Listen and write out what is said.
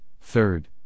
Third